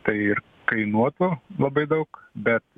tai ir kainuotų labai daug bet